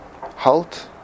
halt